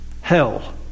hell